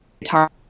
guitar